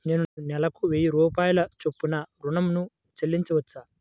నేను నెలకు వెయ్యి రూపాయల చొప్పున ఋణం ను చెల్లించవచ్చా?